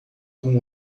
com